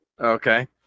Okay